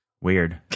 Weird